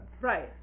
Right